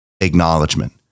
acknowledgement